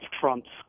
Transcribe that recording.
Trump's